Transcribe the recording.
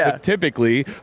typically